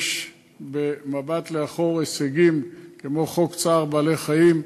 יש במבט לאחור הישגים, כמו חוק צער בעלי-חיים,